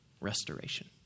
restoration